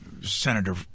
Senator